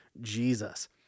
Jesus